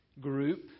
group